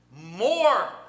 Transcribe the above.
more